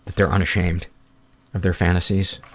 they're unashamed of their fantasies.